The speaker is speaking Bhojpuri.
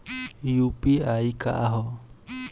यू.पी.आई का ह?